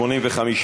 סעיפים 3 5 נתקבלו.